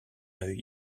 œil